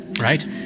Right